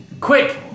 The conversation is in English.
Quick